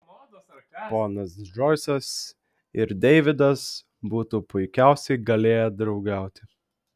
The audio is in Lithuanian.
ponas džoisas ir deividas būtų puikiausiai galėję draugauti